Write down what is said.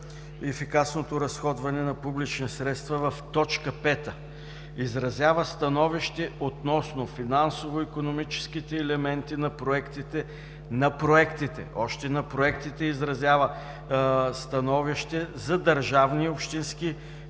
ефикасното разходване на публични средства в т. 5, изразява становище относно финансово-икономическите елементи на проектите, още на проектите изразява становище за държавни и общински концесии